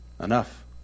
Enough